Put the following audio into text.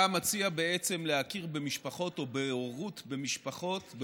אתה מציע בעצם להכיר במשפחות או בהורות במשפחות,